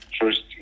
first